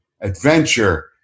adventure